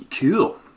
cool